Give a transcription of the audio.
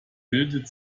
bildet